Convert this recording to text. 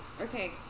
Okay